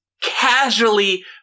casually